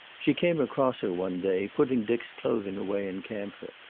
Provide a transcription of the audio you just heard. she came across her one day putting dick's clothing away in camphor,